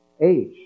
age